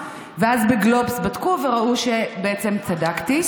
ואז בגלובס בדקו וראו שבעצם צדקתי.